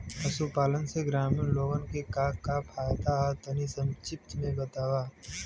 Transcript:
पशुपालन से ग्रामीण लोगन के का का फायदा ह तनि संक्षिप्त में बतावल जा?